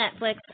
Netflix